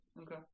Okay